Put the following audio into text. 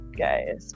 guys